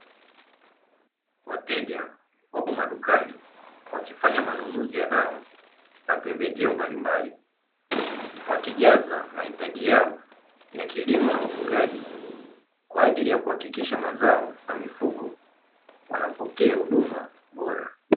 Wateja wako madukani wakifanya manunuzi ya dawa na pembejeo mbalimbali wakijaza mahitaji yao ya kilimo na ufugaji, kwa ajili ya kuhakikisha mazao na mifugo wanapokea huduma bora.